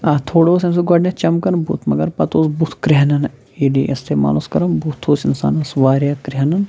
آ تھوڑا اوس اَمہِ سۭتۍ گۄڈٕنٮ۪تھ چمکان بُتھ مگر پَتہ اوس بُتھ کرٛیٚہنان ییٚلہ یہِ استعمال اوس کَران بُتھ اوس اِنسانَس واریاہ کرٛیٚہنان